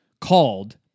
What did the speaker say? called